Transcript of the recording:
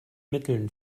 mitteln